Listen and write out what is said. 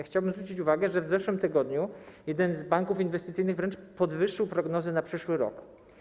Chciałbym zwrócić uwagę, że w zeszłym tygodniu jeden z banków inwestycyjnych wręcz podwyższył prognozy na przyszły rok.